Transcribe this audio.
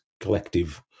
collective